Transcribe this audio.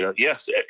yeah yes, yeah